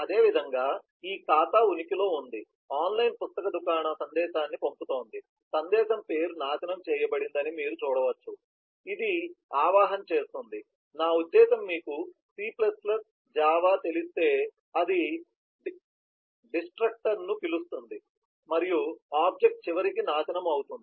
అదేవిధంగా ఈ ఖాతా ఉనికిలో ఉంది ఆన్లైన్ పుస్తక దుకాణం సందేశాన్ని పంపుతోంది సందేశం పేరు నాశనం చేయబడిందని మీరు చూడవచ్చు ఇది ఆవాహన చేస్తుంది నా ఉద్దేశ్యం మీకు C Java తెలిస్తే అది డిస్ట్రక్టర్ ను పిలుస్తుంది మరియు ఆబ్జెక్ట్ చివరికి నాశనం అవుతుంది